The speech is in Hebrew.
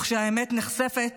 וכשהאמת נחשפת,